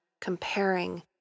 comparing